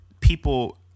people